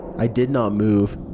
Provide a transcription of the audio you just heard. i did not move.